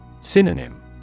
synonym